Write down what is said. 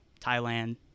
Thailand